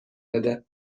بده